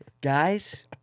guys